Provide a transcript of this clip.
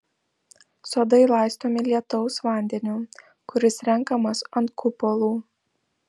sodai laistomi lietaus vandeniu kuris renkamas ant kupolų